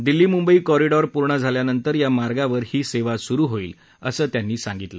Delhi Mumbai corridor पूर्ण झाल्यानंतर या मार्गावर ही सेवा स्रु होईल असंही ते म्हणाले